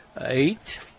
eight